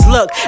Look